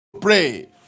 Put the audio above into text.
pray